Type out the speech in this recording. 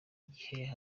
gihe